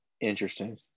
Interesting